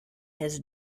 his